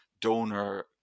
donor